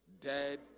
dead